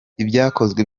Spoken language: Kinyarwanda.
ibyakozwe